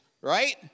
right